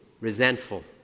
resentful